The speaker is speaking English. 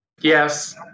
Yes